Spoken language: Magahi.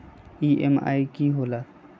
ई.एम.आई की होला?